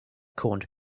corned